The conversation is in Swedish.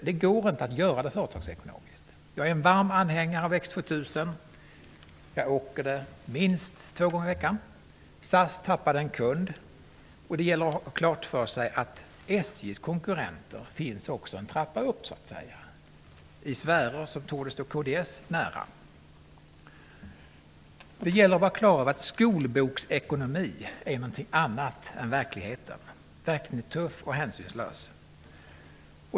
Man kan inte göra detta företagsekonomiskt. Jag är en varm anhängare av X 2000. Jag åker med den minst två gånger i veckan. SAS tappade en kund. Det gäller att ha klart för sig att SJ:s konkurrenter finns också en trappa upp, så att säga, i sfärer som torde stå kds nära. Det gäller att ha klart för sig att skolboksekonomi är någonting annat än verkligheten, som är tuff och hänsynslös.